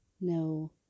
No